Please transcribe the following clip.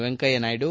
Venkaiah Naidu